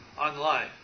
online